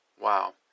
Wow